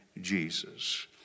Jesus